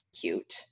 cute